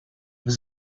his